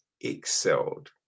excelled